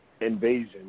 invasion